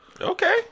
Okay